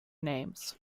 names